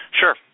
Sure